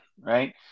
right